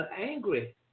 angry